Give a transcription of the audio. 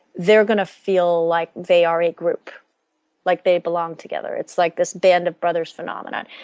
they're going to feel like they are a group like they belong together. it's like this band of brothers phenomenon.